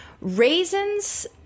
Raisins